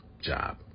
job